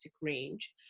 range